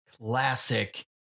classic